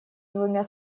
двумя